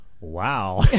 wow